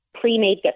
pre-made